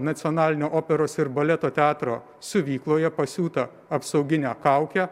nacionalinio operos ir baleto teatro siuvykloje pasiūtą apsauginę kaukę